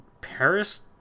paris